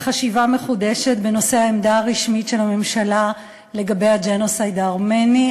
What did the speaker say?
לחשיבה מחודשת בנושא העמדה הרשמית של הממשלה לגבי הג'נוסייד הארמני.